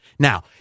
Now